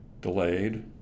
delayed